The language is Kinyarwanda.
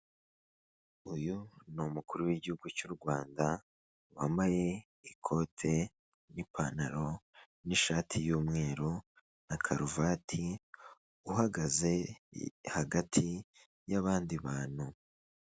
Uyu ni umukuru w'igihugu cy'u Rwanda wambaye ikote n'ipantaro n'ishati y'umweru na karuvati, uhagaze hagati y'abandi bantu.